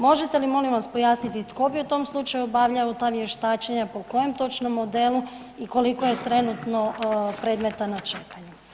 Možete li molim vas pojasniti tko bi u tom slučaju obavljao ta vještačenja, po kojem točno modelu i koliko je trenutno predmeta na čekanju?